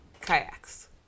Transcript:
kayaks